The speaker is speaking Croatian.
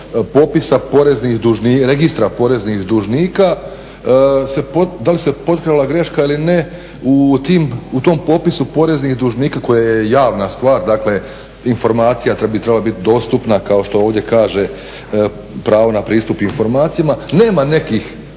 stupa srama, dakle registra poreznih dužnika, da li se potkrala greška ili ne, u tom popisu poreznih dužnika koji je javna stvar, dakle informacija bi trebala biti dostupna kao što ovdje kaže pravo na pristup informacijama, nema nekih